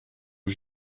aux